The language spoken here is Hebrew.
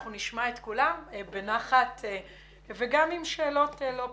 אנחנו נשמע את כולם בנחת וגם נשאל שאלות לא פשוטות.